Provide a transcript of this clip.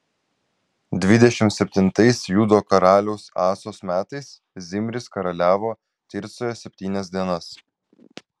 dvidešimt septintais judo karaliaus asos metais zimris karaliavo tircoje septynias dienas